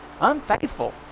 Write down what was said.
Unfaithful